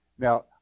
Now